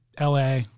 LA